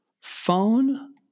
Phone